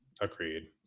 Agreed